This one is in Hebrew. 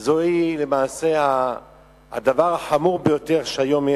זה הדבר החמור ביותר שיש היום,